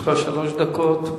לרשותך שלוש דקות.